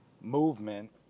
movement